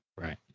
Right